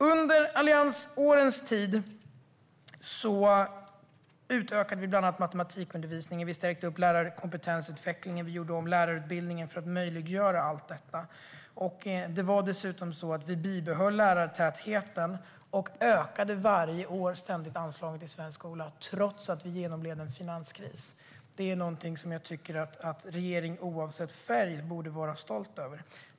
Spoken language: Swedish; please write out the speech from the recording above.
Under alliansåren utökade vi bland annat matematikundervisningen, stärkte lärarkompetensutvecklingen och gjorde om lärarutbildningen för att möjliggöra allt detta. Vi bibehöll dessutom lärartätheten och ökade varje år ständigt anslagen till svensk skola trots att vi genomled en finanskris. Det är någonting som jag tycker att varje regering oavsett färg borde vara stolt över.